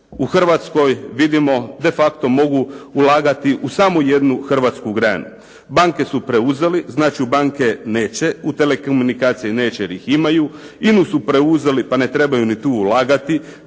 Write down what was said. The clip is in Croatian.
u Hrvatskoj vidimo, de facto mogu ulagati u samo jednu hrvatsku granu. Banke su preuzeli, znači u banke neće, u telekomunikacije neće, jer ih imaju, INA-u su preuzeli pa ne treba ni tu ulagati,